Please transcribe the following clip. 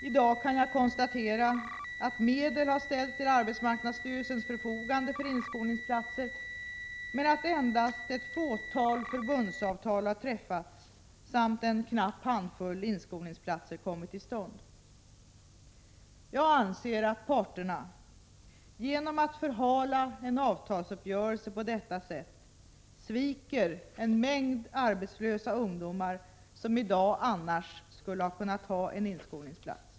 I dag kan jag konstatera att medel har ställts till arbetsmarknadsstyrelsens förfogande för inskolningsplatser men att endast ett fåtal förbundsavtal har träffats samt en knapp handfull inskolningsplatser kommit till stånd. Jag anser att parterna genom att förhala en avtalsuppgörelse på detta sätt sviker en mängd arbetslösa ungdomar som i dag annars skulle ha kunnat ha en inskolningsplats.